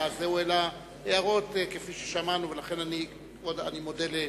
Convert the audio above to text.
אלא הערות כפי ששמענו, ולכן אני מודה לך.